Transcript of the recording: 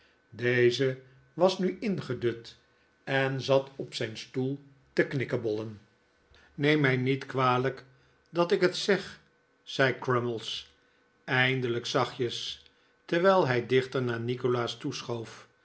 deze was nu ingedut en zat op zijn stoel te knikkebollen neem mij niet kwalijk dat ik net zeg zei crummies eindelijk zachtjes terwijl hij dichter naar nikolaas